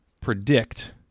predict